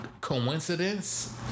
Coincidence